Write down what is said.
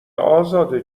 ازاده